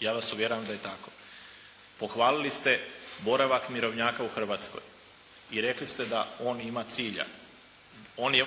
Ja vas uvjeravam da je tako. Pohvalili ste boravak mirovnjaka u Hrvatskoj i rekli ste da on ima cilja.